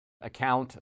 account